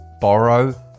borrow